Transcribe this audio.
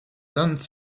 done